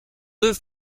deux